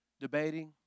debating